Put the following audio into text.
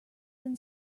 than